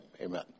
amen